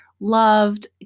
Loved